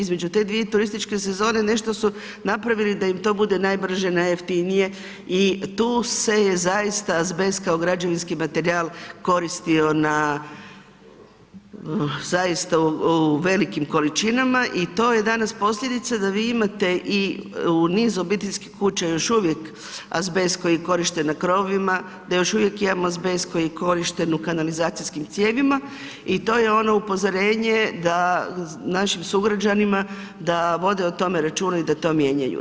Između te dvije turističke sezone nešto su napravili da im to bude najbrže, najjeftinije i tu se je zaista azbest kao građevinski materijal koristio na zaista u velikim količinama i to je danas posljedica da vi imate u niz obiteljskih kuća još uvijek azbest koji je korišten na krovovima, da još uvijek imamo azbest koji je korišten u kanalizacijskim cijevima i to je ono upozorenje da našim sugrađanima i da vode o tome računa i da to mijenjaju.